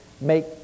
make